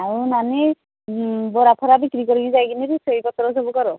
ଆଉ ନାନୀ ବରା ଫରା ବିକ୍ରି କରିକି ଯାଇକିନି ରୋଷେଇପତ୍ର ସବୁ କର